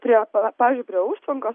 prie pavyzdžiui prie užtvankos